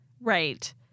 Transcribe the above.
Right